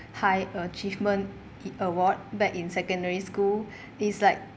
high achievement award back in secondary school it's like